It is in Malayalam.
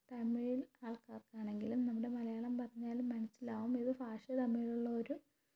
തമിഴ് ആൾക്കാർക്ക് ആണെങ്കിലും നമ്മുടെ മലയാളം പറഞ്ഞാലും മനസ്സിലാകും ഇത് ഭാഷ തമ്മിലുള്ള ഒരു